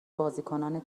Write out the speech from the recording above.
بازیکنان